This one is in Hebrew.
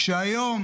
כשהיום